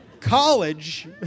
college